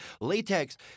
latex